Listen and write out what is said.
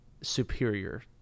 superior